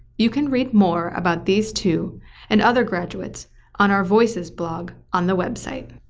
you can read more about these two and other graduates on our voices blog on the website.